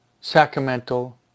sacramental